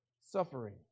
suffering